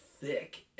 Thick